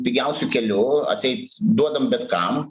pigiausiu keliu atseit duodam bet kam